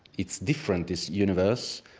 it's different this universe.